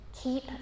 keep